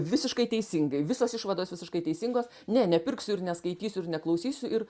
visiškai teisingai visos išvados visiškai teisingos ne nepirksiu ir neskaitysiu ir neklausysiu ir